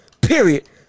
period